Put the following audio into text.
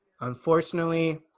Unfortunately